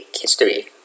history